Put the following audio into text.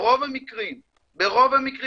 ברוב המקרים מיותר,